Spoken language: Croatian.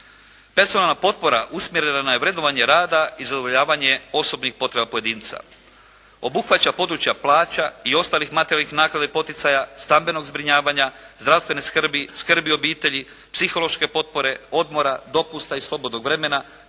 razumije./… potpora usmjerena je na vrednovanje rada i zadovoljavanje osobnih potreba pojedinca. Obuhvaća područja plaća i ostalih materijalnih naknada i poticaja stambenog zbrinjavanja, zdravstvene skrbi, skrbi u obitelji, psihološke potpore, odmora, dopusta i slobodnog vremena,